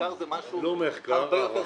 מחקר זה משהו הרבה יותר --- לא מחקר הערכה.